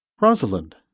Rosalind